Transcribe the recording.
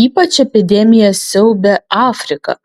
ypač epidemija siaubia afriką